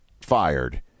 fired